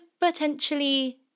potentially